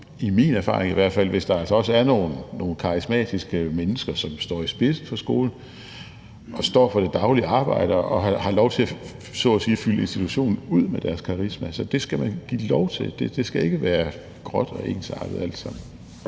i hvert fald – hvis der altså også er nogle karismatiske mennesker, som står i spidsen for skolen, og som står for det daglige arbejde, og som så at sige har lov til at fylde institutionen ud med deres karisma. Så det skal man give lov til. Det skal ikke være gråt og ensartet alt sammen.